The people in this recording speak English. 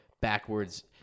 backwards